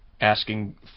Asking